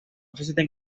actividad